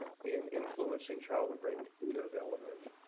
in influencing child and brain development.